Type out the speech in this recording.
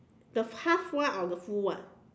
the half one or the full one